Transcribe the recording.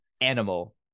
animal